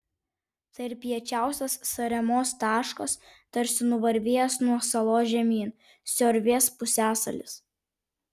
tai ir piečiausias saremos taškas tarsi nuvarvėjęs nuo salos žemyn siorvės pusiasalis